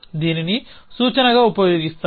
దీనిని సూచనగా ఉపయోగిస్తాము